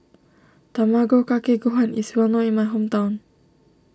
Tamago Kake Gohan is well known in my hometown